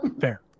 Fair